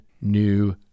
new